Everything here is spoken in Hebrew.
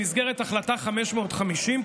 במסגרת החלטה 550,